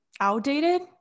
outdated